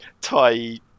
Thai